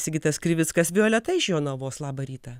sigitas krivickas violeta iš jonavos labą rytą